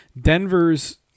Denver's